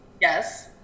Yes